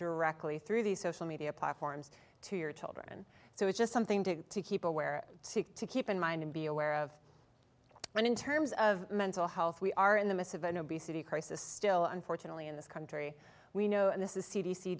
directly through these social media platforms to your children so it's just something to to keep aware to to keep in mind and be aware of but in terms of mental health we are in the midst of an obesity crisis still unfortunately in this country we know and